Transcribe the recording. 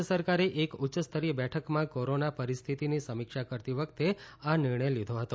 રાજય સરકારે એક ઉચ્યસ્તરીય બેઠકમાં કોરોના પરિસ્થિતિની સમીક્ષા કરતી વખતે આ નિર્ણય લીધો હતો